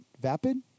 Vapid